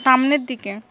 সামনের দিকে